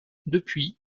depuis